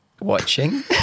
watching